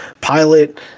Pilot